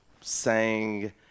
sang